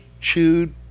chewed